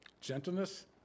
Gentleness